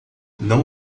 não